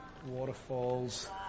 waterfalls